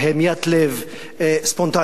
המיית לב ספונטנית.